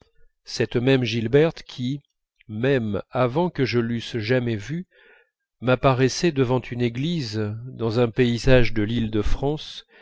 cette même gilberte qui même avant que je l'eusse jamais vue m'apparaissait devant une église dans un paysage de lîle de france